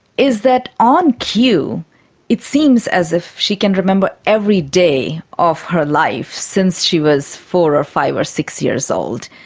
is that on cue it seems as if she can remember every day of her life since she was four, five or six years old.